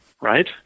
right